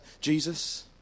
Jesus